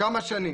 כמה שנים.